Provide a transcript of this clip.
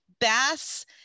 bass